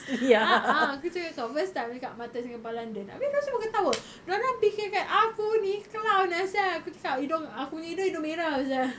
a'ah aku cakap dengan kau first time cakap mata singapore london abeh kau cuba ketawa dia orang fikirkan aku ni clown ah sia aku cakap hidung aku punya hidung hidung merah sia